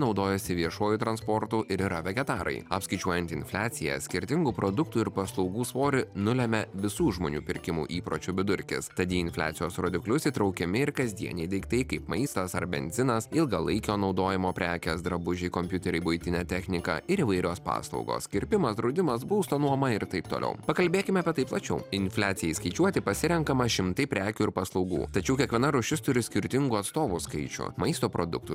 naudojasi viešuoju transportu ir yra vegetarai apskaičiuojant infliaciją skirtingų produktų ir paslaugų svorį nulemia visų žmonių pirkimo įpročių vidurkis tad į infliacijos rodiklius įtraukiami ir kasdieniai daiktai kaip maistas ar benzinas ilgalaikio naudojimo prekės drabužiai kompiuteriai buitinė technika ir įvairios paslaugos kirpimas draudimas būsto nuomą ir taip toiau pakalbėkime apie tai plačiau infliacijai skaičiuoti pasirenkama šimtai prekių ir paslaugų tačiau kiekviena rūšis turi skirtingų atstovų skaičių maisto produktų